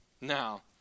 Now